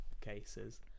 cases